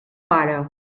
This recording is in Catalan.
pare